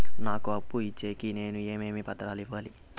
నాకు అప్పు ఇచ్చేకి నేను ఏమేమి పత్రాలు ఇవ్వాలి